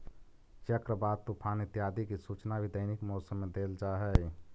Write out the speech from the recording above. चक्रवात, तूफान इत्यादि की सूचना भी दैनिक मौसम में देल जा हई